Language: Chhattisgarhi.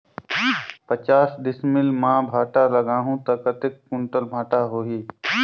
पचास डिसमिल मां भांटा लगाहूं ता कतेक कुंटल भांटा होही?